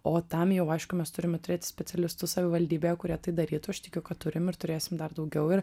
o tam jau aišku mes turime turėti specialistus savivaldybėje kurie tai darytų aš tikiu kad turim ir turėsim dar daugiau ir